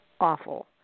awful